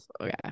Okay